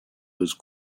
was